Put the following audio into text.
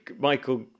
Michael